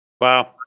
Wow